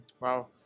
Wow